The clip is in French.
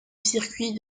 circuit